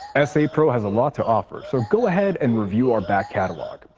essaypro has a lot to offer, so go ahead and review our back catalog.